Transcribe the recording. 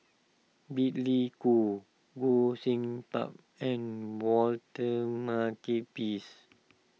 Billy Koh Goh Sin Tub and Walter Makepeace